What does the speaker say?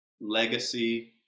legacy